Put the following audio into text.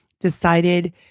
decided